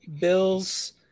Bills